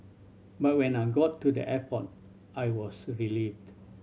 but when I got to the airport I was relieved